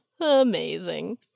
Amazing